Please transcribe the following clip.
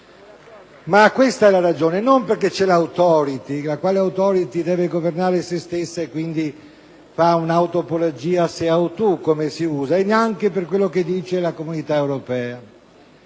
Questa è la ragione: non perché c'è l'*Authority*, la quale deve governare se stessa e quindi fa un'autoapologia sull'*how to*, come si usa, e neanche per quello che dice la Comunità europea.